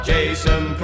Jason